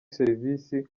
serivisi